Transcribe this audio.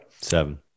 Seven